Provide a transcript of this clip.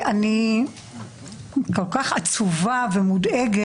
אני כל כך עצובה ומודאגת.